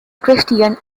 christian